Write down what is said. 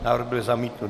Návrh byl zamítnut.